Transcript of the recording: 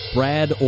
Brad